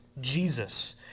Jesus